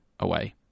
away